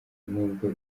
nubwo